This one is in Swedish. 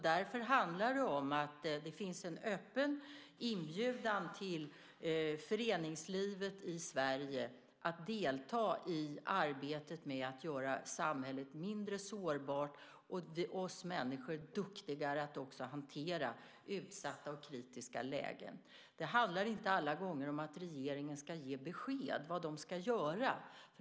Det finns en öppen inbjudan till föreningslivet i Sverige att delta i arbetet med att göra samhället mindre sårbart och oss människor duktigare att hantera utsatta och kritiska lägen. Det handlar inte alla gånger om att regeringen ska ge besked om vad de ska göra.